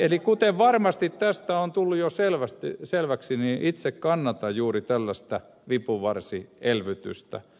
eli kuten varmasti tästä on tullut jo selväksi itse kannatan juuri tällaista vipuvarsielvytystä